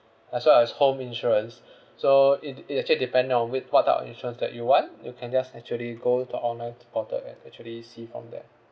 as well as home insurance so it it actually dependent on with what type of insurance that you want you can just actually go to our online portal and actually see from there